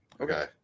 Okay